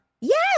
Yes